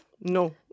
No